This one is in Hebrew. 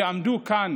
שעמדו כאן